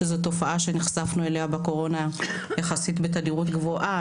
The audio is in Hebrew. שזו תופעה שנחשפנו אליה בקורונה יחסית בתדירות גבוהה.